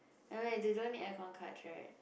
eh wait they don't need aircon cards right